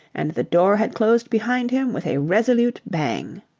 and the door had closed behind him with a resolute bang.